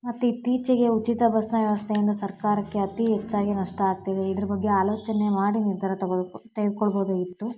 ಮತ್ತು ಇತ್ತೀಚೆಗೆ ಉಚಿತ ಬಸ್ನ ವ್ಯವಸ್ಥೆಯಿಂದ ಸರ್ಕಾರಕ್ಕೆ ಅತಿ ಹೆಚ್ಚಾಗಿ ನಷ್ಟ ಆಗ್ತಿದೆ ಇದರ ಬಗ್ಗೆ ಆಲೋಚನೆ ಮಾಡಿ ನಿರ್ಧಾರ ತಗೋಬೇಕು ತೆಗೆದುಕೊಳ್ಬೋದಾಗಿತ್ತು